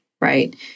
Right